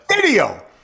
Video